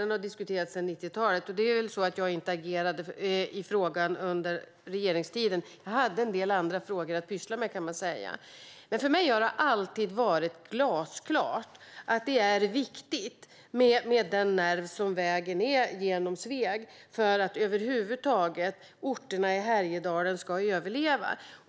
Den har diskuterats sedan 90-talet. Det är så att jag inte agerade i frågan under regeringstiden. Jag hade en del andra frågor att pyssla med. Men för mig har det alltid varit glasklart att det är viktigt med den nerv som vägen är genom Sveg för att orterna i Härjedalen över huvud taget ska överleva.